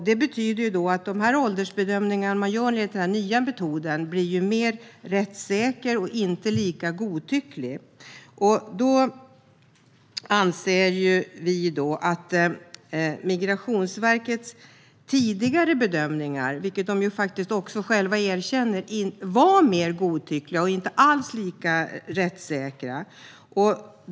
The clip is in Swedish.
Det betyder att de åldersbedömningar man gör enligt den nya metoden blir mer rättssäkra och inte lika godtyckliga. Migrationsverket erkänner att de tidigare bedömningarna var mer godtyckliga och inte alls lika rättssäkra.